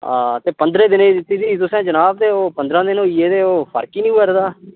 हां ते पंदरें दिनें दी दित्ती दी तुसें जनाब ते ओह् पंदरां दिन होई गे ओह् फर्क ही नी करै दा